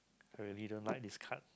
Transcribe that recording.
I really don't like this card